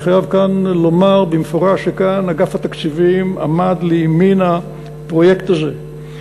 אני חייב כאן לומר במפורש שאגף התקציבים עמד לימין הפרויקט הזה.